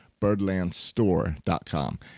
birdlandstore.com